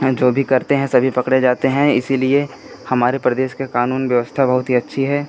हं जो भी करते हैं सभी पकड़े जाते हैं इसीलिए हमारे प्रदेश के क़ानून व्यवस्था बहुत ही अच्छी है